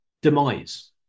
demise